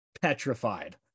petrified